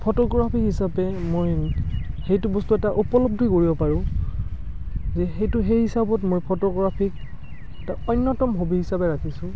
photography হিচাপে মই সেইটো বস্তু এটা উপলব্ধি কৰিব পাৰোঁ যে সেইটো সেই হিচাপত মই ফটোগ্ৰাফীক এটা অন্যতম হবী হিচাপে ৰাখিছোঁ